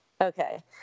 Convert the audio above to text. Okay